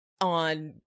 on